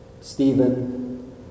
Stephen